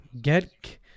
get